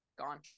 gone